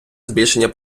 збільшення